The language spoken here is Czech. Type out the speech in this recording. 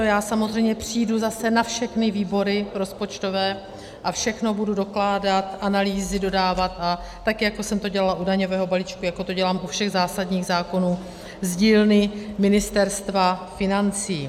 Já samozřejmě přijdu zase na všechny výbory rozpočtové a všechno budu dokládat, analýzy dodávat, tak jako jsem to dělala u daňového balíčku, jako to dělám u všech zásadních zákonů z dílny Ministerstva financí.